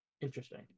Interesting